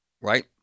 right